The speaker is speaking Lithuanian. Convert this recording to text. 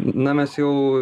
na mes jau